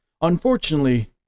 Unfortunately